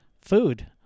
food